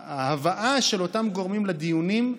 ההבאה של אותם גורמים לדיונים,